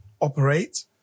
operate